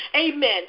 Amen